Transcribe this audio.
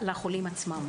לחולים.